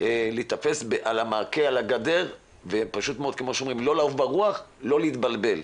צריכים להתאפס על הגדר ולא לעוף ברוח ולא להתבלבל.